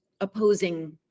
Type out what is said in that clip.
opposing